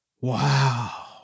wow